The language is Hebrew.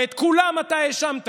ואת כולם אתה האשמת